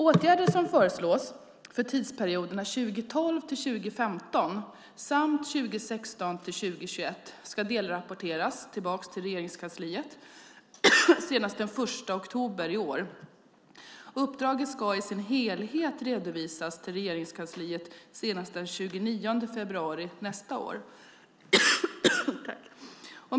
Åtgärder som föreslås för tidsperioderna 2012-2015 samt 2016-2021 ska delrapporteras till Regeringskansliet senast den 1 oktober 2011. Uppdraget ska i sin helhet redovisas till Regeringskansliet senast den 29 februari nästa år.